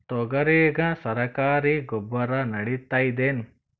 ತೊಗರಿಗ ಸರಕಾರಿ ಗೊಬ್ಬರ ನಡಿತೈದೇನು?